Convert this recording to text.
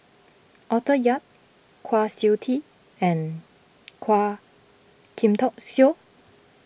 Arthur Yap Kwa Siew Tee and Quah Kim Song